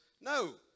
No